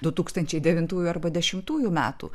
du tūkstančiai devintųjų arba dešimtųjų metų